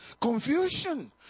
confusion